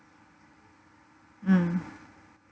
mm